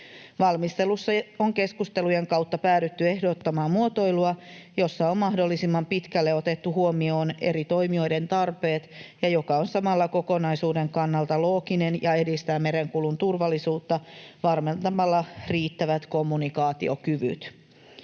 Valmistelussa on keskustelujen kautta päädytty ehdottamaan muotoilua, jossa on mahdollisimman pitkälle otettu huomioon eri toimijoiden tarpeet ja joka on samalla kokonaisuuden kannalta looginen ja edistää merenkulun turvallisuutta varmentamalla riittävät kommunikaatiokyvyt.